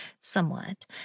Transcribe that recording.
somewhat